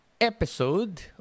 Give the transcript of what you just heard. episode